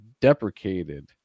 Deprecated